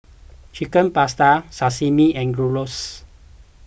Chicken Pasta Sashimi and Gyros